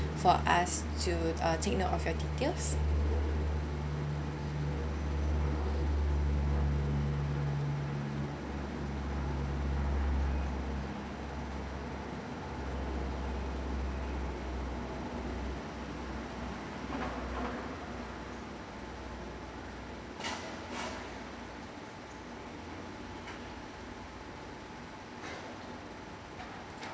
for us to uh take note of your details